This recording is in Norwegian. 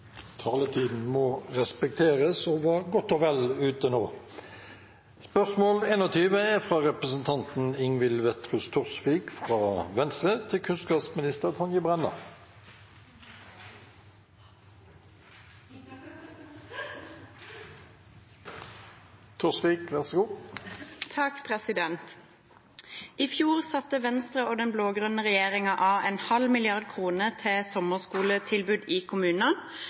Taletiden må respekteres og var godt og vel ute nå. «I fjor satte Venstre og den blå-grønne regjeringen av en halv milliard kroner til sommerskoletilbud i kommunene,